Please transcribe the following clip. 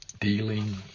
dealing